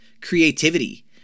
creativity